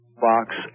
box